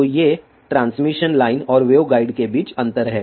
तो ये transmission line और वेवगाइड के बीच अंतर हैं